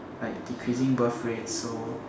like decreasing birth rate so